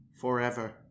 forever